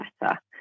better